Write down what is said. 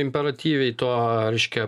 imperatyviai to reiškia